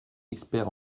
expert